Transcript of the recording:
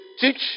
Teach